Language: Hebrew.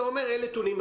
אתה אומר שאין נתונים,